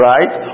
Right